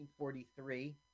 1943